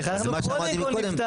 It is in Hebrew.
אז מה שאמרתי קודם,